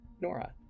Nora